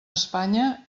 espanya